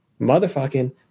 Motherfucking